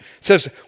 says